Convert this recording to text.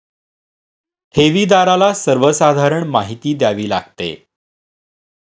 ठेवीदाराला सर्वसाधारण माहिती द्यावी लागते